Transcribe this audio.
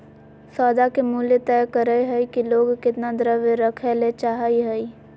सौदा के मूल्य तय करय हइ कि लोग केतना द्रव्य रखय ले चाहइ हइ